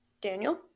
Daniel